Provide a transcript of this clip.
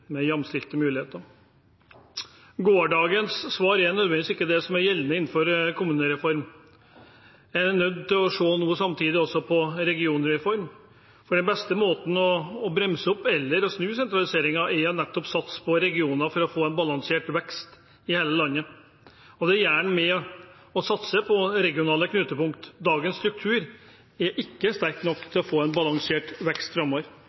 med jamstilte muligheter. Gårdagens svar er ikke nødvendigvis det som er gjeldende innenfor en kommunereform. En er nødt til samtidig å se på en regionreform. Den beste måten å bremse opp eller snu sentraliseringen på er nettopp å satse på regioner for å få en balansert vekst i hele landet. Det gjør man ved å satse på regionale knutepunkter. Dagens struktur er ikke sterk nok til å gi en balansert vekst framover.